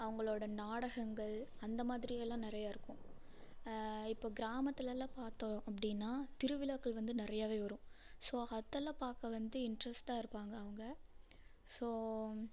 அவங்களோட நாடகங்கலள் அந்த மாதிரியெல்லாம் நிறையா இருக்கும் இப்போ கிராமத்துலெலாம் பார்த்தோம் அப்படின்னா திருவிழாக்கள் வந்து நிறையாவே வரும் ஸோ அதெல்லாம் பார்க்க வந்து இன்ட்ரெஸ்ட்டாக இருப்பாங்க அவங்க ஸோ